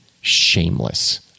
Shameless